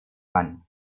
mann